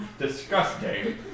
Disgusting